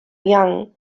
young